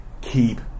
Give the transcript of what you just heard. keep